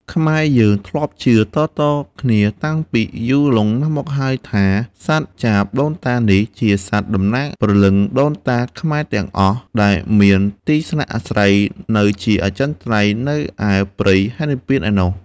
ខ្មែរយើងធ្លាប់ជឿតៗ គ្នាតាំងពីរយូរមកហើយថា សត្វចាបដូនតានេះ ជាសត្វតំណាងព្រលឹងដូនតាខ្មែរទាំងអស់ដែលមានទីស្នាក់អាស្រ័យនៅជាអចិន្ត្រៃយ៍នៅឯព្រៃហេមពាន្តឯណោះ។